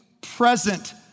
present